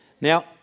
Now